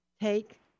take